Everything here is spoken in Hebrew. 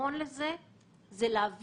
אנחנו פועלים מתוך הנחה שיש להם השפעה מכרעת,